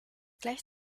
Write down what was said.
gleich